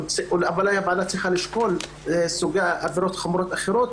הוועדה צריכה לשקול עבירות חמורות אחרות